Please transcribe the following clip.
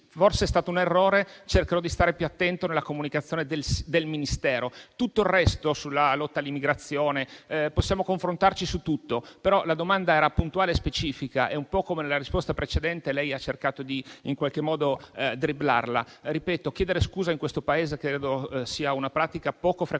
forse è stato un errore e che cercherà di stare più attento nella comunicazione del Ministero. Su tutto il resto, come sulla lotta all'immigrazione, possiamo confrontarci, ma la domanda era puntuale e specifica. Un po' come nella risposta precedente, lei ha cercato in qualche modo di dribblarla. Ripeto: chiedere scusa in questo Paese credo sia una pratica poco frequentata,